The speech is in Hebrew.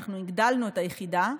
אנחנו הגדלנו את היחידה,